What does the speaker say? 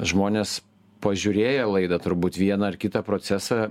žmonės pažiūrėję laidą turbūt vieną ar kitą procesą